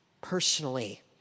personally